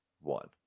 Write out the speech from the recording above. one